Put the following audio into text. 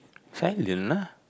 silent lah